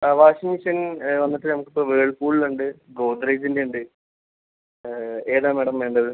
washing machine വന്നിട്ട് നമ്മൾക്കിപ്പം Whirlpool ഉണ്ട് ഗോദ്റെജിൻ്റെ ഉണ്ട് ഏതാണ് മാഡം വേണ്ടത്